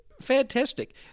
Fantastic